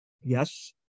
Yes